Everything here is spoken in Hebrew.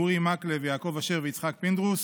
אורי מקלב, יעקב אשר ויצחק פינדרוס,